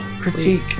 Critique